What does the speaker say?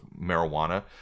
marijuana